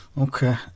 Okay